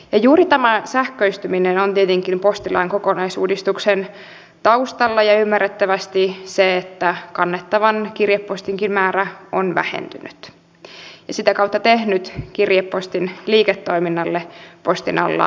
postilain kokonaisuudistuksen taustalla ovat tietenkin juuri tämä sähköistyminen ja ymmärrettävästi se että kannettavan kirjepostinkin määrä on vähentynyt ja sitä kautta tehnyt kirjepostin liiketoiminnalle postin alalla hallaa